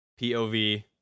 POV